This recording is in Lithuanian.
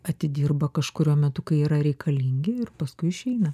atidirba kažkuriuo metu kai yra reikalingi ir paskui išeina